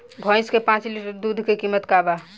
भईस के पांच लीटर दुध के कीमत का बा?